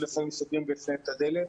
שלפעמים סוגרים בפניהם את הדלת.